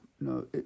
no